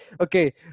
okay